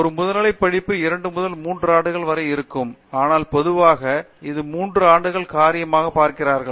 ஒரு முதுநிலை படிப்பு 2 முதல் 3 ஆண்டுகள் வரை இருக்க வேண்டும் ஆனால் பொதுவாக எல்லோரும் இது 3 ஆண்டு காரியமாக பார்க்கிறார்கள்